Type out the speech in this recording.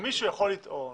כי מישהו יכול לטעון